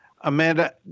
Amanda